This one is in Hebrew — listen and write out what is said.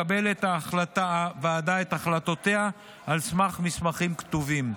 מקבלת הוועדה את החלטותיה על סמך מסמכים כתובים.